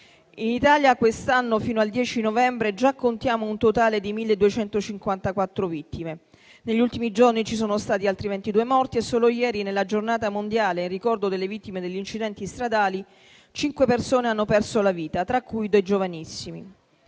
In Italia quest'anno fino al 10 novembre già contiamo un totale di 1.254 vittime; negli ultimi giorni ci sono stati altri 22 morti e solo ieri, nella Giornata mondiale in ricordo delle vittime degli incidenti stradali, cinque persone hanno perso la vita, tra cui due giovanissimi.